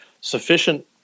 sufficient